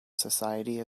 society